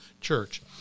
church